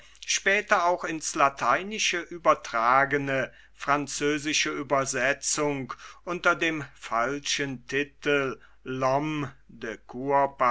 später auch ins lateinische übertragene französische uebersetzung unter dem falschen titel